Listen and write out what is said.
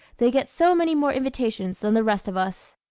they get so many more invitations than the rest of us!